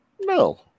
No